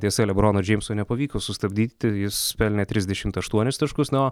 tiesa lebrono džeimso nepavyko sustabdyti jis pelnė trisdešimt aštuonis taškus na o